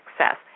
success